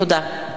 תודה.